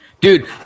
Dude